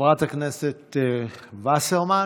חברת הכנסת וסרמן,